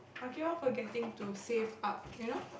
I keep on forgetting to save up you know